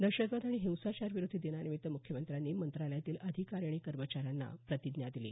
दहशतवाद आणि हिंसाचार विरोधी दिनानिमित्त मुख्यमंत्र्यांनी मंत्रालयातील अधिकारी आणि कर्मचाऱ्यांना प्रतिज्ञा दिली